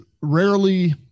rarely